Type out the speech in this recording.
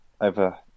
over